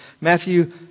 Matthew